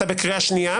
אתה בקריאה שנייה,